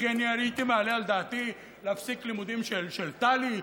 וכי אני הייתי מעלה על דעתי להפסיק לימודים של תל"י,